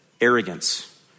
arrogance